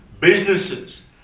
Businesses